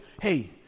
Hey